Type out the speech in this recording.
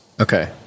Okay